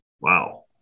wow